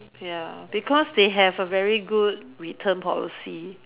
ya because they have a very good return policy